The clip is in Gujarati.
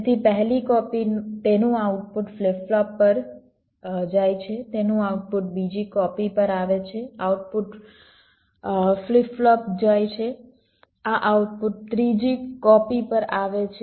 તેથી પહેલી કોપી તેનું આઉટપુટ ફ્લિપ ફ્લોપ પર જાય છે તેનું આઉટપુટ બીજી કોપી પર આવે છે આઉટપુટ ફ્લિપ ફ્લોપ જાય છે આ આઉટપુટ ત્રીજી કોપી પર આવે છે